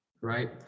right